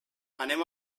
anem